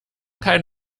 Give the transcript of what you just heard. kein